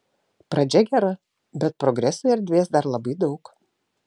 pradžia gera bet progresui erdvės dar labai daug